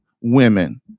Women